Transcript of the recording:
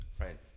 Right